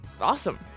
awesome